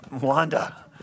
Wanda